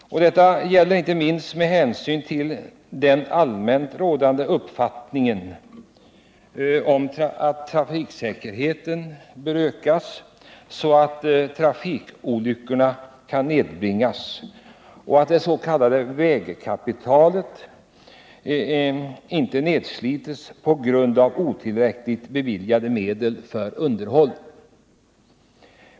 Detta är väsentligt inte minst med tanke på de allmänna önskemålen om att trafiksäkerheten bör ökas så att trafikolyckorna kan nedbringas liksom att det s.k. vägkapitalet inte får urholkas på grund av otillräckliga medel för underhåll.